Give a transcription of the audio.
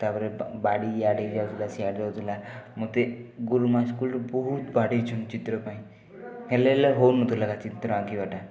ତା'ପରେ ବାଡ଼ି ଇଆଡ଼ୁ ଯାଉଥିଲା ସିଆଡ଼ୁ ଯାଉଥିଲା ମତେ ଗୁରୁମା ସ୍କୁଲରେ ବହୁତ ବାଡ଼େଇଛନ୍ତି ଚିତ୍ର ପାଇଁ ହେଲେ ହେଲେ ହେଉନଥିଲା ଚିତ୍ର ଆଙ୍କିବାଟା